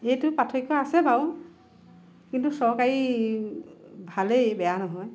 সেইটো পাৰ্থক্য আছে বাৰু কিন্তু চৰকাৰী ভালেই বেয়া নহয়